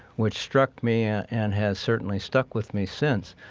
which struck me and has certainly stuck with me since,